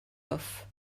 offs